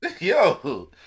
Yo